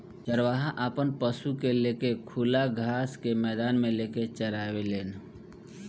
चरवाहा आपन पशु के ले के खुला घास के मैदान मे लेके चराने लेन